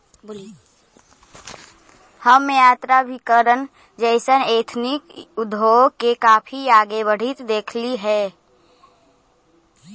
हम यात्राभिकरण जइसन एथनिक उद्योग के काफी आगे बढ़ित देखली हे